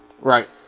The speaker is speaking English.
Right